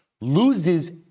loses